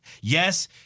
Yes